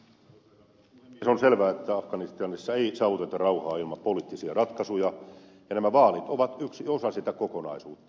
on selvä että afganistanissa ei saavuteta rauhaa ilman poliittisia ratkaisuja ja nämä vaalit ovat yksi osa sitä kokonaisuutta